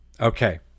Okay